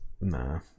Nah